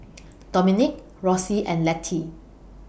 Dominic Rossie and Letty